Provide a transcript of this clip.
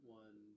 one